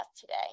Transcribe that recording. today